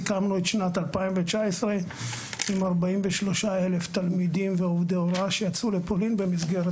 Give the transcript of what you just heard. את שנת 2019 סיכמנו עם 43 אלף תלמידים ועובדי הוראה שיצאו לפולין במסגרת